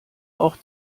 auch